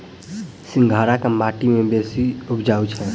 सिंघाड़ा केँ माटि मे बेसी उबजई छै?